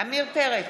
עמיר פרץ,